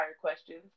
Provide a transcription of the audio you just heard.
questions